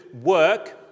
work